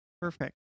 Perfect